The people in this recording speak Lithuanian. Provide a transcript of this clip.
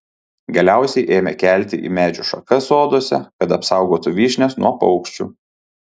galiausiai ėmė kelti į medžių šakas soduose kad apsaugotų vyšnias nuo paukščių